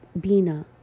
bina